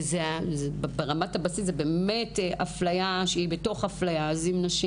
זאת אפליה בתוך אפליה.